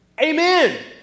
Amen